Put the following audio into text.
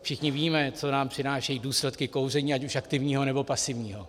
Všichni víme, co nám přinášejí důsledky kouření, ať už aktivního, nebo pasivního.